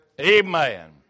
Amen